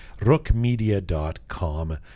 rookmedia.com